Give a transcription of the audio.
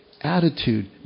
attitude